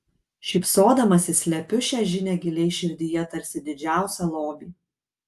šypsodamasi slepiu šią žinią giliai širdyje tarsi didžiausią lobį